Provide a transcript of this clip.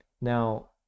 Now